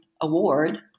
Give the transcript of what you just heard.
award